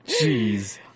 Jeez